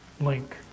link